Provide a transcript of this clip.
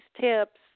tips